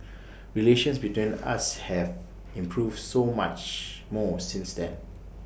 relations between us have improved so much more since then